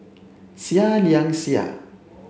Seah Liang Seah